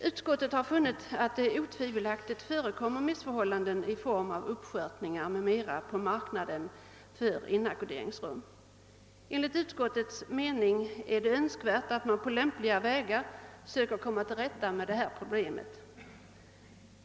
Utskottet har funnit att det otvivelaktigt förekommer missförhållanden i form 'av uppskörtningar m.m. på marknaden för inackorderingsrum. Enligt utskottets mening är det önskvärt att man på lämpliga vägar söker komma till rätta med' dessa problem.